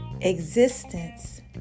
existence